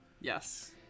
Yes